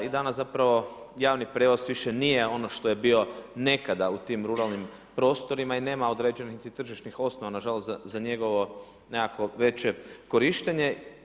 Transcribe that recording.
I danas zapravo javni prijevoz više nije ono što je bio nekada u tim ruralnim prostorima i nema određenih niti tržišnih osnova nažalost, za njegovo, nekakvo veće korištenje.